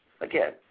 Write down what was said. Again